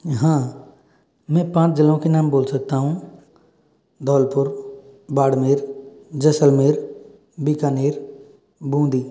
हाँ मैं पाँच जगहों के नाम बोल सकता हूँ धौलपुर बाड़मेर जैसलमेर बीकानेर बूंदी